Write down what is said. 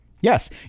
Yes